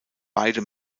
beide